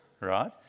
right